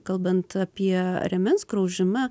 kalbant apie rėmens graužimą